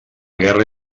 guerra